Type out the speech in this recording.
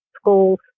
schools